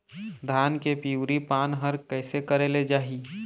धान के पिवरी पान हर कइसे करेले जाही?